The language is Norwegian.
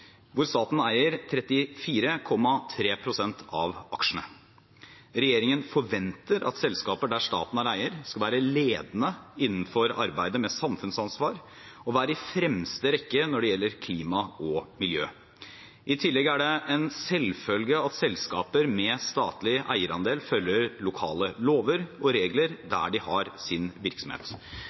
hvor staten eier 34,3 pst. av aksjene. Regjeringen forventer at selskaper der staten er eier, skal være ledende innenfor arbeidet med samfunnsansvar og være i fremste rekke når det gjelder klima og miljø. I tillegg er det en selvfølge at selskaper med statlig eierandel følger lokale lover og regler der de har sin virksomhet.